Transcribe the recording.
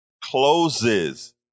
closes